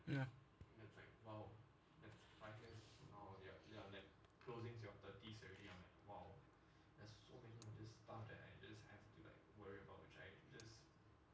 mm